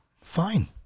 fine